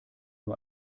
nur